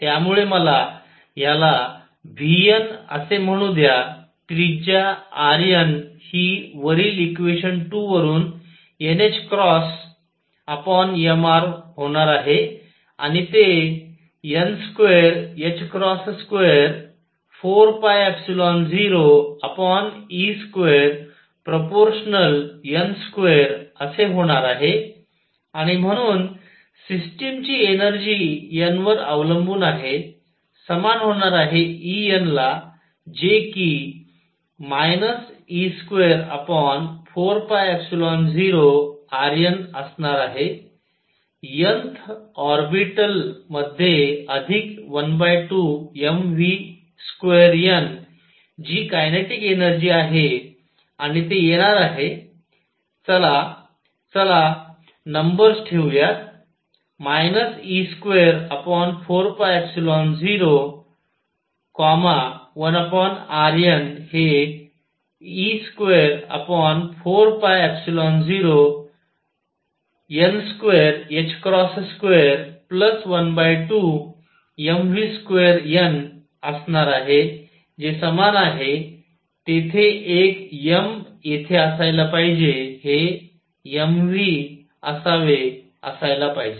त्यामुळे मला ह्याला vn असे म्हणू द्या त्रिज्या rn हि वरील इक्वेशन 2 वरून nℏmr होणार आहे आणि ते n224π0e2n2असे होणार आहे आणि म्हणून सिस्टम ची एनर्जी n वर अवलंबून आहे समान होणार आहे En ला जे कि e24π0rn असणार आहे nth ऑर्बिटल मध्ये अधिक 12mvn2 जी कायनेटिक एनर्जी आहे आहे आणि ते येणार आहे चला चला चला नंबर्स ठेवूयात e24π0 1rn हे e24π0 n2212mvn2 असणार आहे जे समान आहे तेथे एक m येथे असायला पाहिजे हे m v असावे असायला पाहिजे